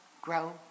grow